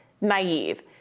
naive